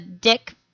dick